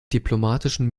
diplomatischen